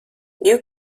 you